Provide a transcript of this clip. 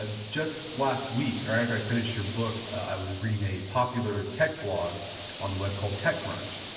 ah just last week after i finished your book, i was reading a popular tech blog on the web called techcrunch.